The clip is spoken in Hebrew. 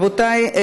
רבותיי,